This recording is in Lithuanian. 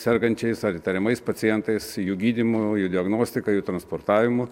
sergančiais ar įtariamais pacientais jų gydymu diagnostika transportavimu